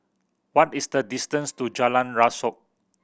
what is the distance to Jalan Rasok